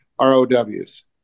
ROWs